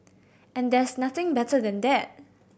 and there's nothing better than that